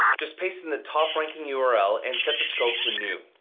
just paste in the top ranking yeah url and set the scope to new.